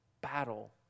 battle